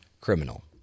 criminal